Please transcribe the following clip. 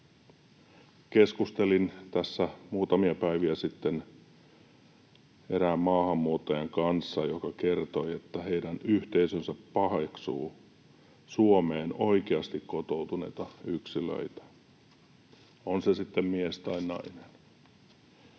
Keskustelin tässä muutamia päiviä sitten erään maahanmuuttajan kanssa, joka kertoi, että heidän yhteisönsä paheksuu Suomeen oikeasti kotoutuneita yksilöitä, on se sitten mies tai nainen.